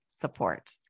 support